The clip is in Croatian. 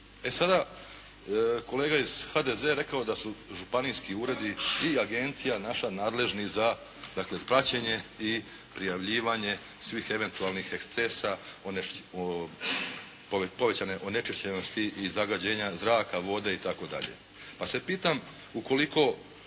E sada, kolega iz HDZ-a je rekao da su županijski uredi i agencija naša nadležni za praćenje i prijavljivanje svih eventualnih ekscesa povećane onečišćenosti i zagađenja zraka, vode itd. pa se pitam ukoliko